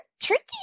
tricky